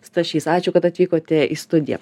stašys ačiū kad atvykote į studiją